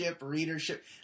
readership